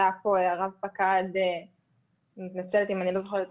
השאלה שאני חושב שנשאלה פה היא האם אפשר להגביל את